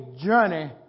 journey